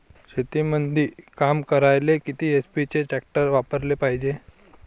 शेतीमंदी काम करायले किती एच.पी चे ट्रॅक्टर वापरायले पायजे?